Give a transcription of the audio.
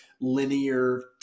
linear